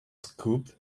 scooped